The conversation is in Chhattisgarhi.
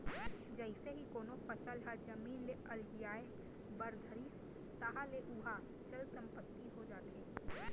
जइसे ही कोनो फसल ह जमीन ले अलगियाये बर धरिस ताहले ओहा चल संपत्ति हो जाथे